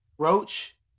Roach